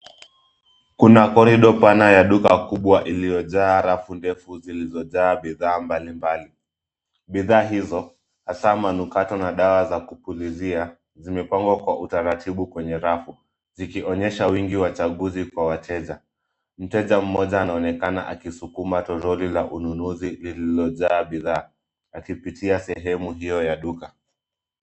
Kuna corridor pana ya duka kubwa iliyojaa rafu ndefu zilizojaa bidhaa mbalimbali. Bidhaa hizo hasa manukato na dawa za kupulizia zimepangwa kwa utaratibu kwenye rafu. Zikionyesha wingi wa chaguzi kwa wateja. Mteja mmoja anaonekana akisukuma toroli la ununuzi lililojaa bidhaa akipitia sehemu hio ya duka.